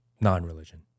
non-religion